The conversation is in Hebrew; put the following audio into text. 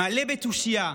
מלא בתושייה,